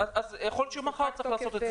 אז יכול להיות שמחר צריך לעשות זה.